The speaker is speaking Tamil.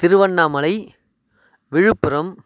திருவண்ணாமலை விழுப்புரம்